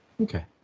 Okay